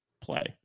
play